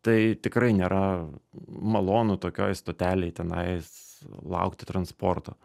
tai tikrai nėra malonu tokioj stotelėj tenais laukti transporto